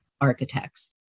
architects